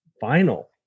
final